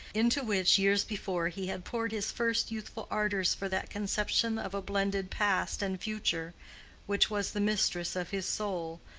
into which years before he had poured his first youthful ardors for that conception of a blended past and future which was the mistress of his soul,